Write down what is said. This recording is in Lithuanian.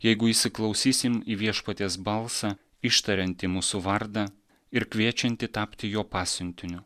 jeigu įsiklausysim į viešpaties balsą ištariantį mūsų vardą ir kviečiantį tapti jo pasiuntiniu